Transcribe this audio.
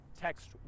text